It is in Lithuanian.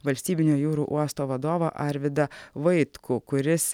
valstybinio jūrų uosto vadovą arvydą vaitkų kuris